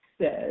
Says